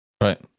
Right